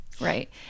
right